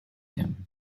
him